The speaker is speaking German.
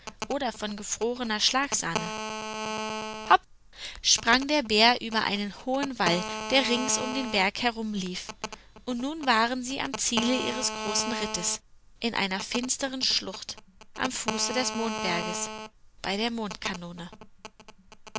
oder von gefrorener schlagsahne hopp sprang der bär über einen hohen wall der rings um den berg herumlief und nun waren sie am ziele ihres großen rittes in einer finsteren schlucht am fuße des mondberges bei der